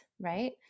right